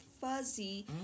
fuzzy